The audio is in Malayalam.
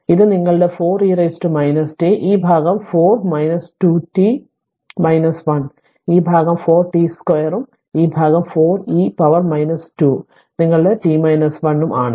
അതിനാൽ ഇത് നിങ്ങളുടെ 4 e t ഈ ഭാഗം 4 2 t 1 ഈ ഭാഗം 4 t 2 ഉം ഈ ഭാഗം 4 e പവറും 2 നിങ്ങളുടെ t 1 ആണ്